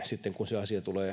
sitten kun se asia tulee